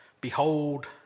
behold